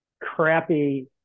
crappy